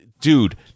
dude